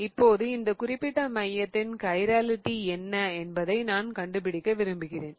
இப்போது இந்த குறிப்பிட்ட மையத்தின் கைராலிட்டி என்ன என்பதை நான் கண்டுபிடிக்க விரும்புகிறேன்